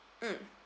mm